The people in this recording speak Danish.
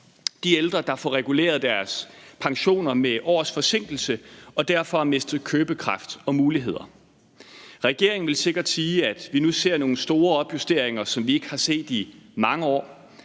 de ældre, der får reguleret deres pensioner med års forsinkelse og derfor har mistet købekraft og muligheder. Regeringen vil sikkert sige, at vi nu ser nogle store opjusteringer af overførselsindkomsterne,